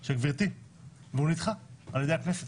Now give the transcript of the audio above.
של גברתי אבל נדחה על ידי הכנסת.